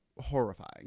horrifying